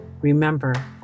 remember